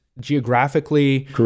geographically